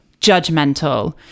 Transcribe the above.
judgmental